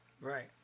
right